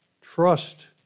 trust